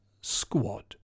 squad